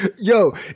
Yo